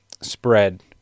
spread